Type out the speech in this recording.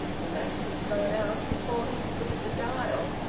the match was blown out before he could look at the dial,